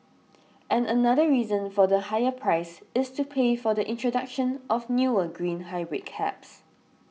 and another reason for the higher price is to pay for the introduction of newer green hybrid cabs